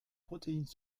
protéines